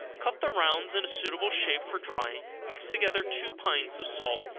cut the rounds in a suitable shape for drying, mix together two pints of salt,